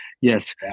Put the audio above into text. Yes